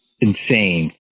insane